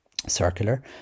circular